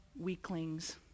weaklings